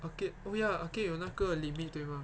arcade oh ya arcade 有那个 limit 对吗